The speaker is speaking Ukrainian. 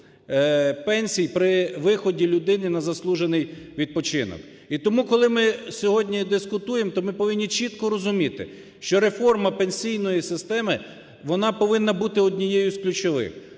пенсій при виході людини на заслужений відпочинок. І тому коли ми сьогодні дискутуємо, то ми повинні чітко розуміти, що реформа пенсійної системи вона повинна бути однією з ключових,